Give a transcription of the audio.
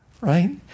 Right